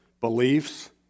beliefs